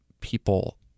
people